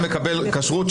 מנכ"ל המשרד,